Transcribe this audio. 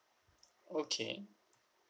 okay